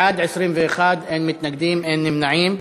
בעד, 21, אין מתנגדים, אין נמנעים.